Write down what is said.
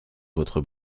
votre